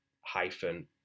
hyphen